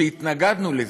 שהתנגדנו לזה,